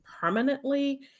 permanently